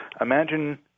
imagine